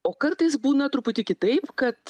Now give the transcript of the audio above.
o kartais būna truputį kitaip kad